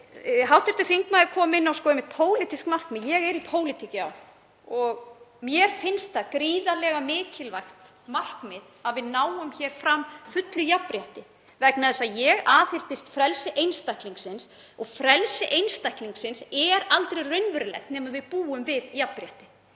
Hv. þingmaður kom inn á pólitísk markmið. Ég er í pólitík, já, og mér finnst það gríðarlega mikilvægt markmið að við náum fram fullu jafnrétti vegna þess að ég aðhyllist frelsi einstaklingsins og frelsi einstaklingsins er aldrei raunverulegt nema við búum við jafnrétti.